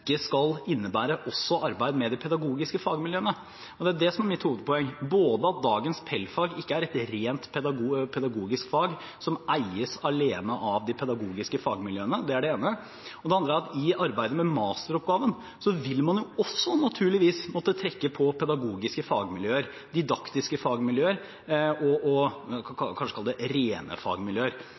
skal innebære også et arbeid med de pedagogiske fagmiljøene, og det er det som er mitt hovedpoeng: for det første at dagens PEL-fag ikke er et rent pedagogisk fag som eies alene av de pedagogiske fagmiljøene, og for det andre at i arbeidet med masteroppgaven vil man naturligvis også måtte trekke på pedagogiske fagmiljøer, didaktiske fagmiljøer, og det man kanskje